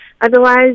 Otherwise